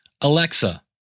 Alexa